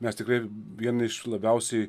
mes tikrai vieni iš labiausiai